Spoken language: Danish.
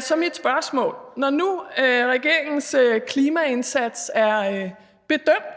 Så mit spørgsmål er: Når nu regeringens klimaindsats er bedømt